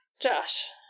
Josh